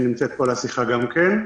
שנמצאת פה בשיחה גם כן.